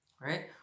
right